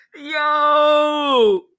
yo